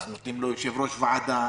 אז נותנים לו יושב-ראש ועדה,